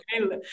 okay